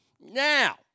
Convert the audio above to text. Now